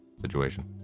situation